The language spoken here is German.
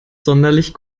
sonderlich